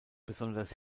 besonders